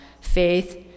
faith